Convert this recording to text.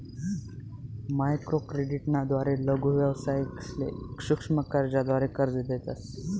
microcredit ना द्वारे लघु व्यावसायिकसले सूक्ष्म कर्जाद्वारे कर्ज देतस